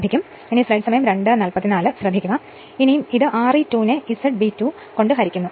അതിനാൽ ഇത് R e 2 നെ Z B 2 കൊണ്ട് ഹരിക്കുന്നു